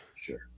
Sure